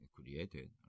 created